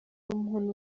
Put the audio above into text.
umuntu